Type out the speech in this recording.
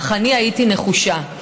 אך אני הייתי נחושה.